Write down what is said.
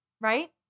Right